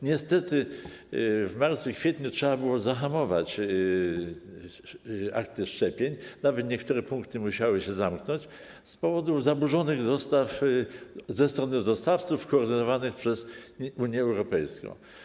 Niestety w marcu i kwietniu trzeba było zahamować akty szczepień, nawet niektóre punkty musiały się zamknąć, z powodu zaburzonych dostaw ze strony dostawców koordynowanych przez Unię Europejską.